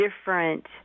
different